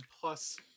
plus